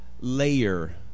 layer